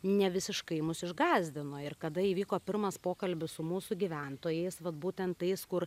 ne visiškai mus išgąsdino ir kada įvyko pirmas pokalbis su mūsų gyventojais vat būtent tais kur